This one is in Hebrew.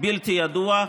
בלתי ידוע,